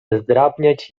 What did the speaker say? zdrabniać